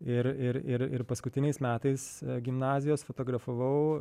ir ir ir ir paskutiniais metais gimnazijos fotografavau